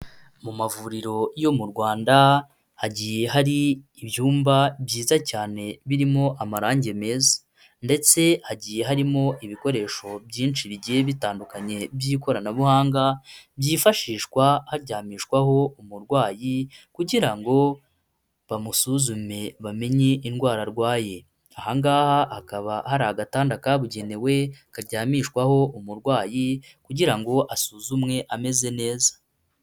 Mu mavuriro yo mu Rwanda hagiye hari ibyumba byiza cyane birimo amarangi meza. Ndetse hagiye harimo ibikoresho byinshi bigiye bitandukanye by'ikoranabuhanga, byifashishwa haryamishwaho umurwayi kugira ngo bamusuzume bamenye indwara arwaye. Aha ngaha hakaba hari agatanda kabugenewe, karyamishwaho umurwayi kugira ngo asuzumwe ameze neza.